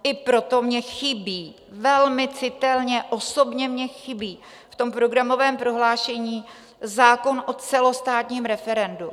I proto mně chybí velmi citelně, osobně mně chybí v tom programovém prohlášení zákon o celostátním referendu.